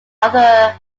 author